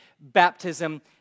baptism